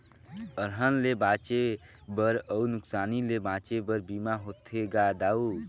अलहन ले बांचे बर अउ नुकसानी ले बांचे बर बीमा होथे गा दाऊ